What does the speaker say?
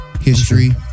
history